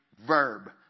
verb